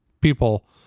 people